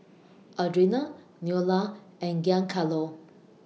Audrina Neola and Giancarlo